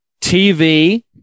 TV